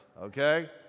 okay